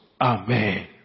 Amen